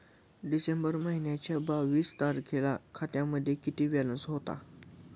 डिसेंबर महिन्याच्या बावीस तारखेला खात्यामध्ये किती बॅलन्स होता?